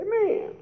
Amen